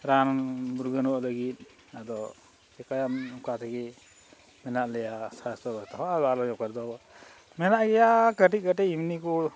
ᱨᱟᱱ ᱢᱩᱨᱜᱟᱹᱱᱚᱜ ᱞᱟᱹᱜᱤᱫ ᱟᱫᱚ ᱪᱤᱠᱟᱹᱭᱟᱢ ᱱᱚᱝᱠᱟ ᱛᱮᱜᱮ ᱢᱮᱱᱟᱜ ᱞᱮᱭᱟ ᱥᱟᱥᱛᱷᱚ ᱟᱫᱚ ᱟᱞᱚ ᱡᱚᱠᱷᱚᱡ ᱫᱚ ᱢᱮᱱᱟᱜ ᱜᱮᱭᱟ ᱠᱟᱹᱴᱤᱡ ᱠᱟᱹᱴᱤᱡ ᱮᱢᱱᱤ ᱠᱚ